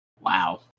Wow